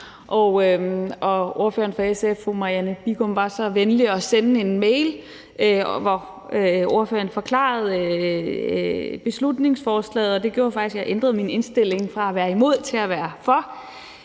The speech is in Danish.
Og ordføreren fra SF, fru Marianne Bigum, var så venlig at sende en mail, hvor ordføreren forklarede beslutningsforslaget, og det gjorde faktisk, at jeg i folketingsgruppen ændrede min indstilling fra at være imod til at være for,